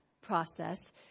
process